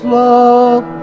love